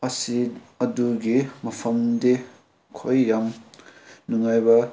ꯑꯁꯤ ꯑꯗꯨꯒꯤ ꯃꯐꯝꯗꯤ ꯑꯩꯈꯣꯏ ꯌꯥꯝ ꯅꯨꯡꯉꯥꯏꯕ